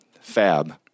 Fab